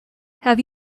have